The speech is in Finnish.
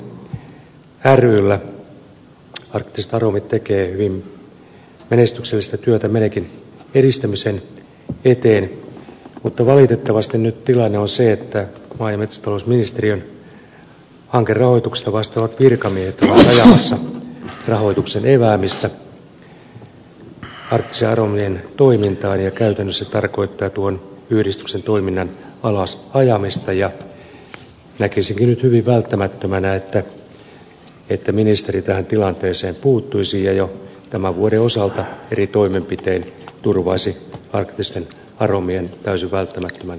arktiset aromit tekee hyvin menestyksellistä työtä menekin edistämisen eteen mutta valitettavasti nyt tilanne on se että maa ja metsätalousministeriön hankerahoituksesta vastaavat virkamiehet ovat ajamassa rahoituksen eväämistä arktisten aromien toimintaan ja käytännössä se tarkoittaa tuon yhdistyksen toiminnan alas ajamista ja näkisinkin nyt hyvin välttämättömänä että ministeri tähän tilanteeseen puuttuisi ja jo tämän vuoden osalta eri toimenpitein turvaisi arktisten aromien täysin välttämättömän toiminnan